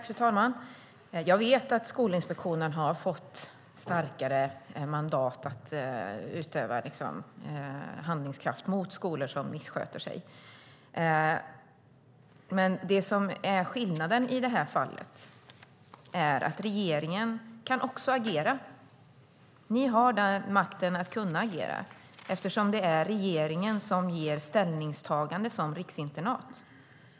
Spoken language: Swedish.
Fru talman! Jag vet att Skolinspektionen har fått starkare mandat att utöva handlingskraft mot skolor som missköter sig. Men det som är skillnaden i det här fallet är att regeringen också kan agera. Ni har makten att kunna agera, eftersom det är regeringen som ger ställning som riksinternat.